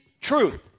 truth